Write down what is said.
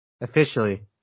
officially